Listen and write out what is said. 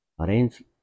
arrange